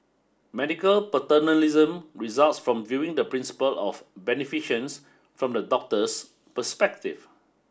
medical paternalism results from viewing the principle of beneficence from the doctor's perspective